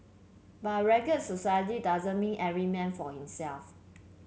but a rugged society doesn't mean every man for himself